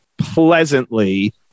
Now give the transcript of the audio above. pleasantly